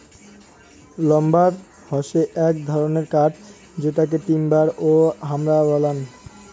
lumber হসে এক ধরণের কাঠ যেটোকে টিম্বার ও হামরা বলাঙ্গ